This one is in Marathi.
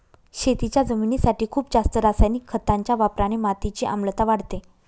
शेतीच्या जमिनीसाठी खूप जास्त रासायनिक खतांच्या वापराने मातीची आम्लता वाढते